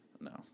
No